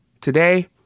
Today